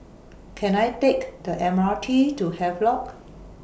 Can I Take The M R T to Havelock